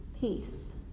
Peace